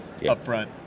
upfront